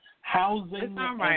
Housing